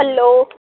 hello